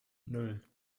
nan